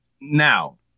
Now